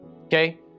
Okay